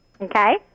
Okay